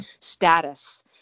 status